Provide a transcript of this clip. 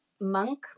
monk